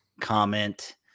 comment